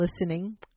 listening